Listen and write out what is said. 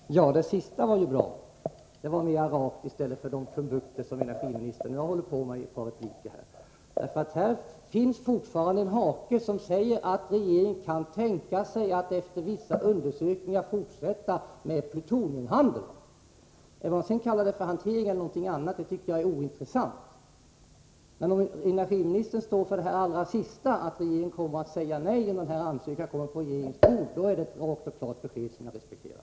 Fru talman! Det sista beskedet var bra — det var mer rakt än de krumbukter som energiministern hållit på med i ett par repliker nu. Det finns fortfarande en hake som innebär att regeringen kan tänka sig att efter vissa undersökningar fortsätta med plutoniumhandeln. Om man sedan kallar det hantering eller någonting annat tycker jag är ointressant. Men om energiministern står för det allra sista — att regeringen kommer att säga nej om det kommer en ansökan på regeringens bord — uppfattar jag det som ett rakt och klart besked som jag respekterar.